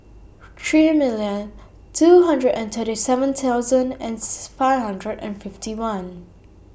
three million two hundred and thirty seven thousand and five hundred and fifty one